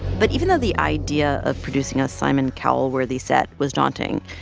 but even though the idea of producing a simon cowell-worthy set was daunting,